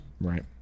Right